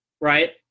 right